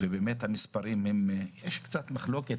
לגבי המספרים, יש קצת מחלוקת